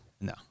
No